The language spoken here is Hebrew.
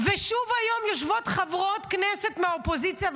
ושוב היום יושבות חברות הכנסת מהאופוזיציה,